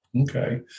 Okay